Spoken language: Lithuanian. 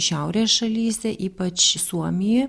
šiaurės šalyse ypač suomija